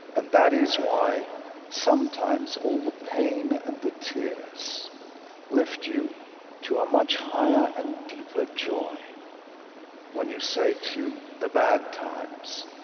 and that is why sometimes all the pain and the tears lift you to a much higher and deeper joy when you say to the bad times,